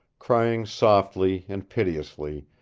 crying softly and piteously,